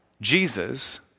Jesus